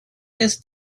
his